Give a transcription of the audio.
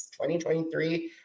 2023